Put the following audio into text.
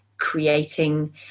creating